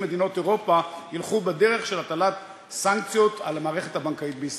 מדינות אירופה ילכו בדרך של הטלת סנקציות על המערכת הבנקאית בישראל.